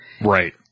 right